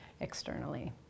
externally